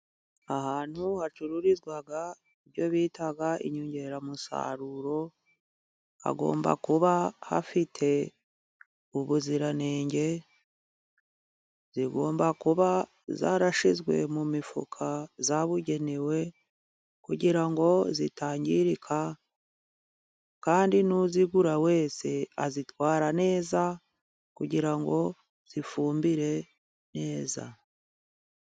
Ahantu hacururizwa ibyo bita inyongeramusaruro，hagomba kuba hafite ubuziranenge， zigomba kuba zarashyizwe mu mifuka abugenewe，kugira ngo zitangirika，kandi n'uzigura wese azitwara neza， kugira ngo zifumbire neza.